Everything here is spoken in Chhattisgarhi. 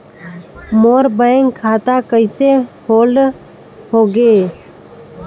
मोर बैंक खाता कइसे होल्ड होगे?